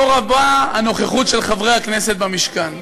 לא רבה הנוכחות של חברי הכנסת במשכן.